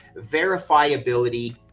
verifiability